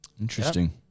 Interesting